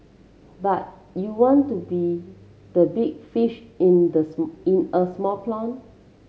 but you want to be the big fish in the in a small pond